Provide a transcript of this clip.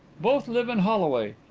both live in holloway.